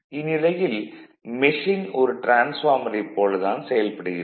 இந்நிலையில் மெஷின் ஒரு டிரான்ஸ்பார்மரைப் போல் தான் செயல்படுகிறது